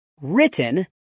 Written